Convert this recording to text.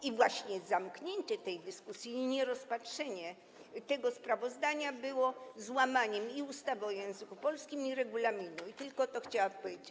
I właśnie zamknięcie tej dyskusji, nierozpatrzenie tego sprawozdania było złamaniem i ustawy o języku polskim, i regulaminu, i tylko to chciałam powiedzieć.